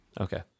Okay